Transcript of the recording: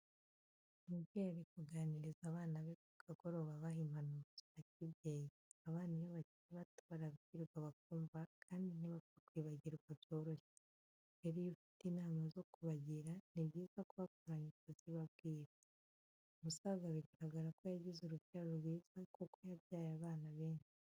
Umubyeyi ari kuganiriza abana be ku kagoroba abaha impanuro za kibyeyi. Abana iyo bakiri bato barabwirwa bakumva kandi ntibapfa kwibagirwa byoroshye, rero iyo ufite inama zo kubagira, ni byiza kubakoranya ukazibabwira. Uyu musaza bigaragara ko yagize urubyaro rwiza kuko yabyaye abana benshi.